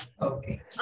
Okay